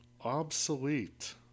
obsolete